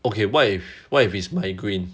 okay what if what if it's migraine